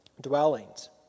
dwellings